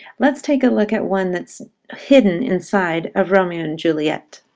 let's take a look at one that's hidden inside of romeo and juliet.